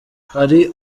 hari